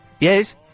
Yes